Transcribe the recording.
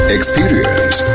Experience